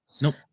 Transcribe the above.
Nope